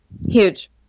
Huge